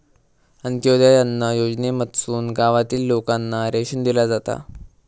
अंत्योदय अन्न योजनेमधसून गावातील लोकांना रेशन दिला जाता